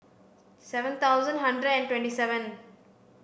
seven thousand hundred and twenty seven